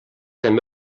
també